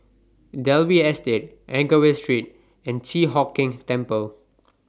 Dalvey Estate Anchorvale Street and Chi Hock Keng Temple